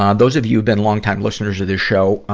um those of you who've been long time listeners of this show, ah,